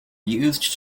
used